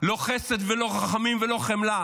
לא חסד ולא רחמים ולא חמלה.